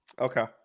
Okay